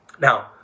Now